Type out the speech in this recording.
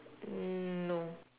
mm no